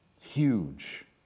Huge